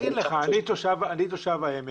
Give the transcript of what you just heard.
אני תושב העמק,